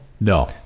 No